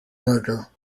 murder